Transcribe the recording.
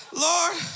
Lord